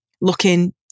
looking